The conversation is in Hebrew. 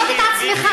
מבקשת לא